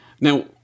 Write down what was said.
Now